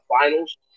finals